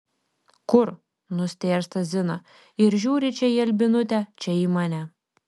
kur nustėrsta zina ir žiūri čia į albinutę čia į mane